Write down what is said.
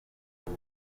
hari